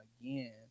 again